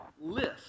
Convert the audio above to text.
list